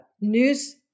news